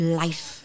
life